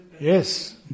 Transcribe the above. yes